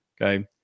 Okay